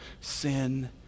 sin